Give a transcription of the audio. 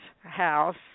house